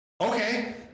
Okay